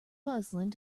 puzzling